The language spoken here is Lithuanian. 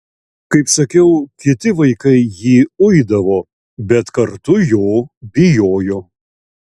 kaip sakiau kiti vaikai jį uidavo bet kartu jo bijojo